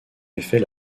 effet